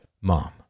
Mom